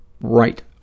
right